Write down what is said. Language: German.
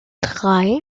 drei